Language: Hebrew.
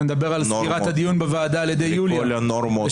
אתה מדבר על סגירת הדיון בוועדה על ידי יוליה בשקר,